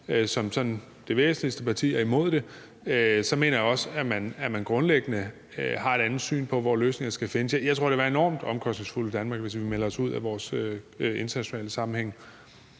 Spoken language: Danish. sådan det væsentligste parti er imod det, mener jeg også, at man grundlæggende har et andet syn på, hvor løsninger skal findes. Jeg tror, det vil være enormt omkostningsfuldt i Danmark, hvis vi melder os ud af vores internationale sammenhænge.